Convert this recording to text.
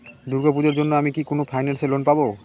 দূর্গা পূজোর জন্য আমি কি কোন ফাইন্যান্স এ লোন পাবো?